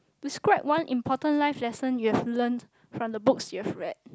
describe one important life lesson you have learnt from the books you've read